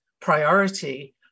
priority